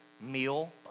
meal